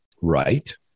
Right